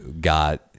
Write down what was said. got